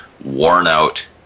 worn-out